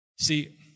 See